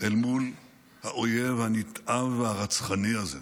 אל מול האויב הנתעב והרצחני הזה,